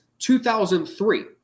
2003